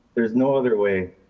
there's no other way.